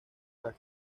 las